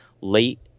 late